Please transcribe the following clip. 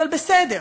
אבל בסדר.